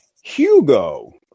Hugo